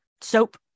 soap